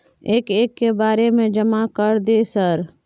एक एक के बारे जमा कर दे सर?